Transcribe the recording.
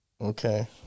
Okay